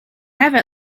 have